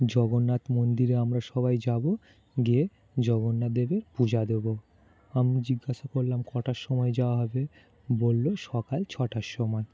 জগন্নাথ মন্দিরে আমরা সবাই যাবো গিয়ে জগন্নাথ দেবের পূজা দেবো আমি জিজ্ঞাসা করলাম কটার সময় যাওয়া হবে বললো সকাল ছটার সময়